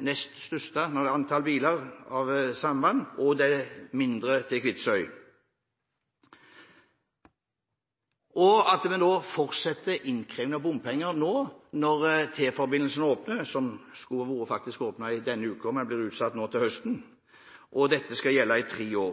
nest største av sambandene når det gjelder antallet biler, og Mekjarvik–Kvitsøy, som er mindre. I tillegg fortsetter vi innkrevingen av bompenger når T-forbindelsen åpner – den skulle faktisk ha vært åpnet denne uken, men blir utsatt til høsten – og dette skal gjelde i tre år.